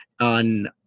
on